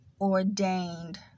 ordained